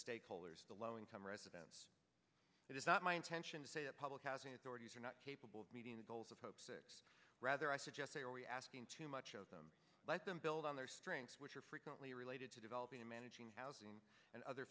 stakeholders the low income residents it is not my intention to say a public housing authorities are not capable of meeting the goals of hopes that rather i suggest they are we asking too much of them let them build on their strengths which are frequently related to developing and managing housing and other